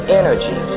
energy